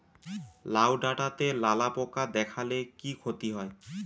লাউ ডাটাতে লালা পোকা দেখালে কি ক্ষতি হয়?